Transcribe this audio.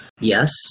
Yes